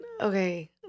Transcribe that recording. okay